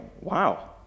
wow